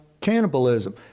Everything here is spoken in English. cannibalism